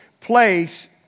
place